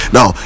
Now